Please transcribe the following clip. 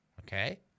okay